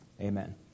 Amen